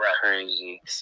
Crazy